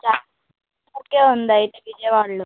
చాలా పెద్ద నెట్వర్క్ ఉంది అయితే విజయవాడలో